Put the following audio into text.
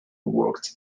worked